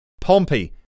Pompey